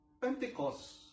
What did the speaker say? Pentecost